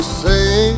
say